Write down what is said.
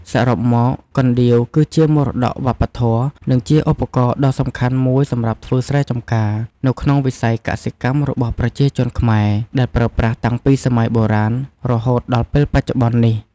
សរុបមក កណ្ដៀវ គឺជាមរតកវប្បធម៌ និងជាឧបករណ៍ដ៏សំខាន់មួយសម្រាប់ធ្វើស្រែចំការនៅក្នុងវិស័យកសិកម្មរបស់ប្រជាជនខ្មែរ ដែលប្រើប្រាស់តាំងពីសម័យបុរាណរហូតដល់ពេលបច្ចុប្បន្ននេះ។